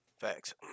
facts